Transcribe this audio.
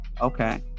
Okay